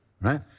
right